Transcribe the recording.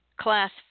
Class